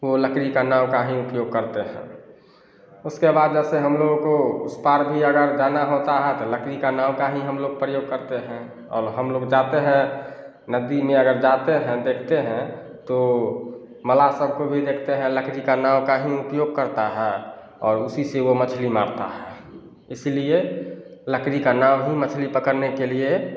वो लकड़ी का नाव का ही उपयोग करते हैं उसके बाद जे है से हम लोग को उस पार भी जाना होता है तो लकड़ी का नाव का ही प्रयोग करते हैं आ हम लोग जाते हैं नदी में अगर जाते हैं देखते हैं तो मल्लाह सब का भी देखते हैं लकड़ी का नाव का ही उपयोग करता है और उसी से वो मछली मारता है इसीलिए लकड़ी का नाव ही मछली पकड़ने के लिए